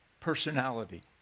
personality